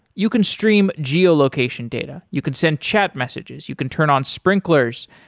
you can stream geo-location data. you can send chat messages, you can turn on sprinklers,